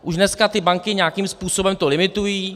Už dneska to banky nějakým způsobem limitují.